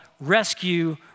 rescue